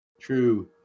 True